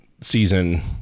Season